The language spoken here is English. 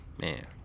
man